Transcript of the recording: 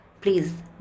please